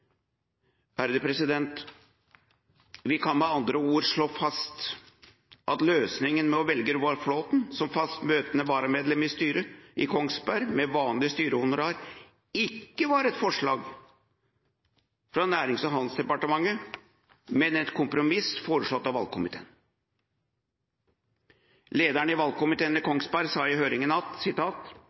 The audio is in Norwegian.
Vi kan med andre ord slå fast at løsningen med å velge Roar Flåthen som fast møtende varamedlem i styret i Kongsberg, med vanlig styrehonorar, ikke var et forslag fra Nærings- og handelsdepartementet, men et kompromiss foreslått av valgkomiteen. Lederen i valgkomiteen ved Kongsberg sa i høringen: